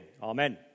Amen